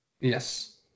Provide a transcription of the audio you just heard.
Yes